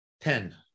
Ten